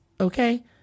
Okay